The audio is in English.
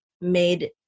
made